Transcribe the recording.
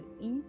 eat